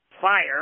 fire